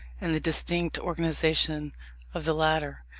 and the distinct organization of the latter.